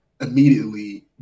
immediately